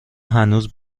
هنوز